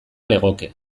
legoke